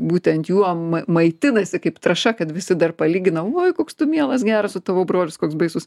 būtent juo maitinasi kaip trąša kad visi dar palygina oi koks tu mielas geras o tavo brolis koks baisus